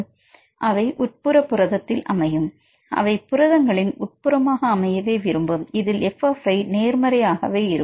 மாணவர் அவை உட்புற புரதத்தில் அமையும் அவை புரதங்களின் உட்புறமாக அமையவே விரும்பும் இதில் f நேர்மறை ஆகவே இருக்கும்